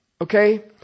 okay